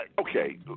okay